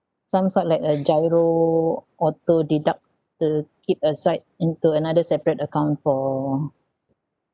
some sort like a GIRO auto deduct to keep aside into another separate account for